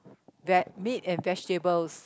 ve~ meat and vegetables